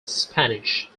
spanish